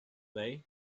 way